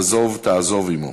עזב תעזב עמו".